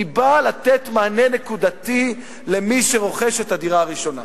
היא באה לתת מענה נקודתי למי שרוכש את הדירה הראשונה.